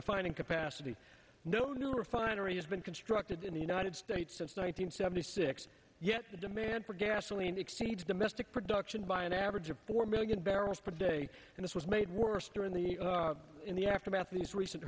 refining capacity no new refinery has been constructed in the united states since nine hundred seventy six yet the demand for gasoline exceeds domestic production by an average of four million barrels per day and this was made worse during the in the aftermath of these recent